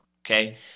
Okay